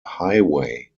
highway